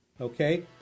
Okay